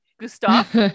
Gustav